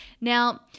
Now